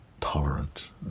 tolerant